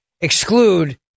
exclude